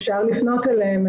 אפשר לפנות אליהם,